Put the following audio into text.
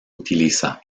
utiliza